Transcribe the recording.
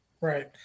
Right